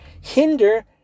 hinder